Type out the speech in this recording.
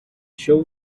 show